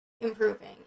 improving